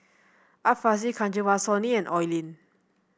Art Fazil Kanwaljit Soin and Oi Lin